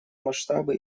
масштабы